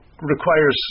requires